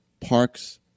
Parks